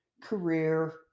career